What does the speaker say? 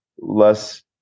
less